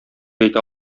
әйтә